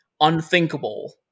unthinkable